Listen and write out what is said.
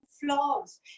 flaws